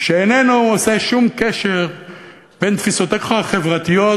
שאיננו עושה שום קשר בין תפיסותיך החברתיות,